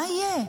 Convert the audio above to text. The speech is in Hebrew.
מה יהיה?